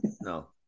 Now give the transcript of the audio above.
no